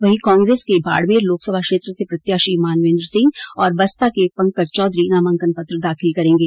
वहीं कांग्रेस के बाडमेर लोकसभा क्षेत्र से प्रत्याशी मानवेन्द्र सिंह और बसपा के पंकज चौधरी नामांकन पत्र दाखिल करेंगे